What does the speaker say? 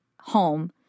home